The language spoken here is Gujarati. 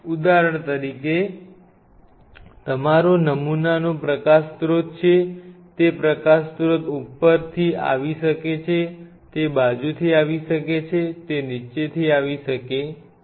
ઉદાહરણ તરીકે તમારો નમૂનાનો પ્રકાશ સ્રોત છે તે પ્રકાશ સ્રોત ઉપરથી આવી શકે છે તે બાજુથી આવી શકે છે તે નીચેથી આવી શકે છે